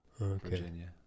Virginia